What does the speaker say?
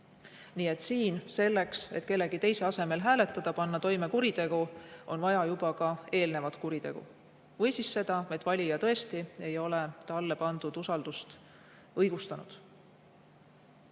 Nii et selleks, et kellegi teise asemel hääletada, panna toime kuritegu, on vaja juba ka eelnevat kuritegu või siis seda, et valija tõesti ei ole talle pandud usaldust õigustanud.